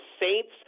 Saints